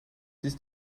dies